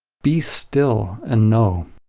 be still and know.